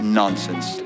nonsense